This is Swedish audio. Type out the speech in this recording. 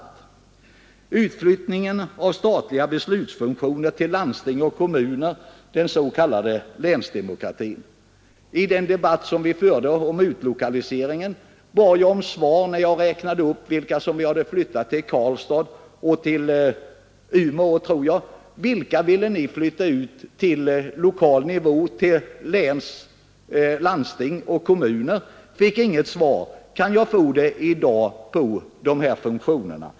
Jag tar sedan upp frågan om utflyttningen av statliga beslutsfunktioner till landsting och kommuner, den s.k. länsdemokratin. I den debatt vi förde om utlokaliseringen bad jag om svaret på vilka av dem jag räknade upp som flyttat till Karlstad och Umeå, som jag tror jag nämnde, ni ville ha på lokal nivå, till landsting och kommuner. Men jag fick inget svar då. Kan jag få det i dag?